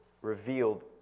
revealed